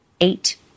eight